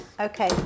Okay